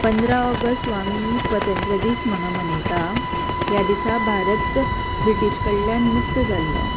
पंदरा ऑगस्ट हो आमी स्वतंत्र दीस म्हणून मनयता ह्या दिसा भारत ब्रिटीश कडल्यान मुक्त जाल्लो